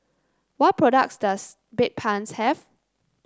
what products does Bedpans have